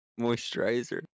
Moisturizer